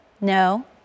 no